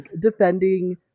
defending